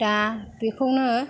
दा बेखौनो